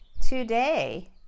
today